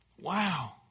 Wow